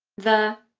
the